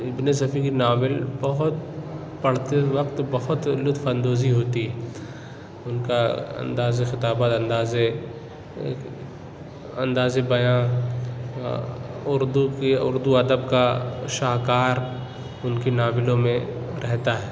اِبن صفی کی ناول بہت پڑھتے وقت بہت لُطف اندوزی ہوتی اُن کا اندازے خطابت اندازے اندازے بیاں اُردو کی اُردو ادب کا شاہکار اُن کی ناولوں میں رہتا ہے